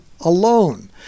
alone